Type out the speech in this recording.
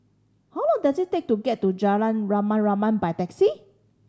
how long does it take to get to Jalan Rama Rama by taxi